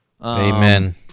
Amen